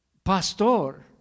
Pastor